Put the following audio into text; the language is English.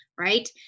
right